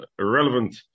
relevant